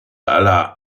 aller